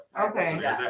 okay